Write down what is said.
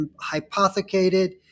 hypothecated